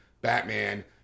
Batman